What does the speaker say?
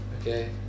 Okay